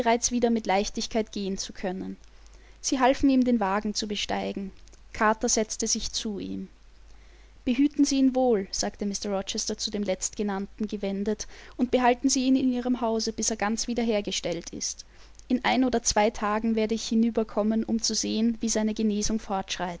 wieder mit leichtigkeit gehen zu können sie halfen ihm den wagen zu besteigen carter setzte sich zu ihm behüten sie ihn wohl sagte mr rochester zu dem letztgenannten gewendet und behalten sie ihn in ihrem hause bis er ganz wieder hergestellt ist in ein oder zwei tagen werde ich hinüberkommen um zu sehen wie seine genesung